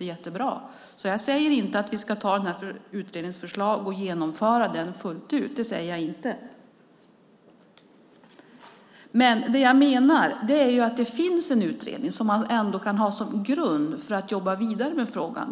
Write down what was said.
jättebra, så jag säger inte att vi ska ta det och genomföra det fullt ut. Det säger jag inte. Det jag menar är att det finns en utredning som man ändå kan ha som grund för att jobba vidare med frågan.